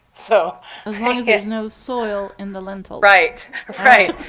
so as long as there's no soil in the lintel. right, right.